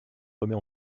remet